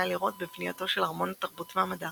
לראות בבנייתו של ארמון התרבות והמדע